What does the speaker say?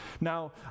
Now